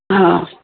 हा